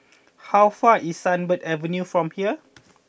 how far away is Sunbird Avenue from here